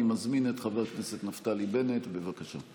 אני מזמין את חבר הכנסת נפתלי בנט, בבקשה.